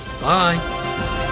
Bye